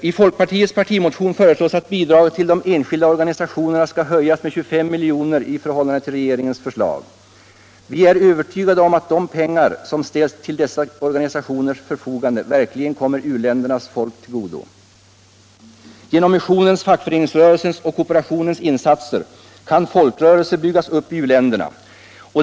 I folkpartiets partimotion föreslås att bidraget till enskilda organisationer höjs med 25 milj.kr. i förhållande till regeringens förslag. Vi är övertygade om att de pengar som ställs till dessa organisationers förfogande verkligen kommer u-ländernas folk till godo. Genom missionens, fackföreningsrörelsens och kooperationens insatser kan folkrörelser byggas upp i u-länderna.